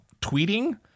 tweeting